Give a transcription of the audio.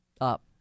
up